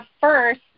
first